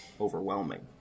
overwhelming